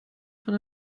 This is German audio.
von